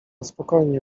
spokojnie